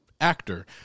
Actor